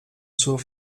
zur